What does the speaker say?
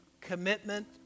commitment